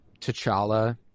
T'Challa